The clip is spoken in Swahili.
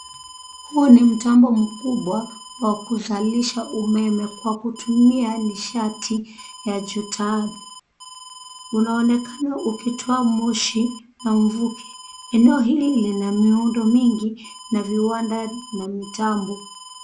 Huu ni mtambo mkubwa wa kuzalisha umeme, kwa kutumia nishati ya joto-ardhi. Unaonekana ukitoa moshi na mvuke. Eneo hili lina miundo mingi, na viwanda, na mitambo.